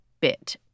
bit